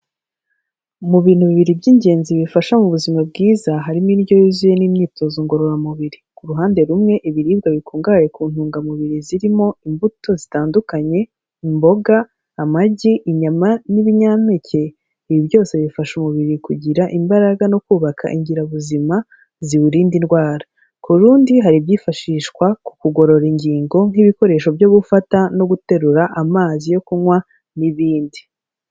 Mu bintu bibiri by'ingenzi bifasha mu buzima bwiza, harimo indyo yuzuye n'imyitozo ngororamubiri, ku ruhande rumwe ibiribwa bikungahaye ku ntungamubiri zirimo imbuto zitandukanye, imboga, amagi, inyama, n'ibinyampeke, ibi byose bifasha umubiri kugira imbaraga no kubaka ingirabuzima ziwurinda indwara, ku rundi hari ibyifashishwa ku kugorora ingingo nk'ibikoresho byo gufata no guterura, amazi yo kunywa n'ibindi.